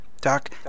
Doc